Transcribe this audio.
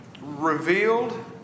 revealed